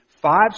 five